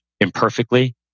imperfectly